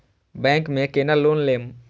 Bank में केना loan लेम?